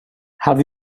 have